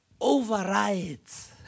overrides